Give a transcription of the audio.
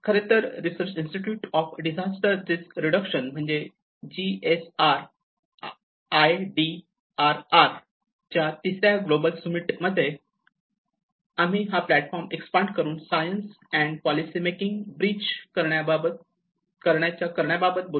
खरेतर research institute of disaster risk reduction म्हणजेच G S R I D R R च्या तिसऱ्या global summit मध्ये आम्ही हा प्लॅटफॉर्म एक्सपांड करून सायन्स आणि पॉलिसी मेकिंग ब्रिज करण्याबाबत बोललो होतो